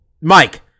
Mike